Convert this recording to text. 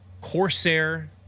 corsair